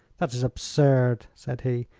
that is absurd, said he.